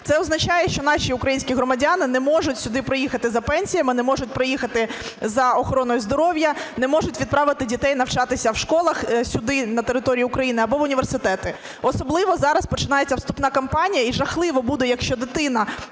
Це означає, що наші українські громадяни не можуть сюди приїхати за пенсіями, не можуть приїхати за охороною здоров'я, не можуть відправити дітей навчатися в школах сюди на територію України або в університети. Особливо зараз починається вступна кампанія і жахливо буде, якщо дитина,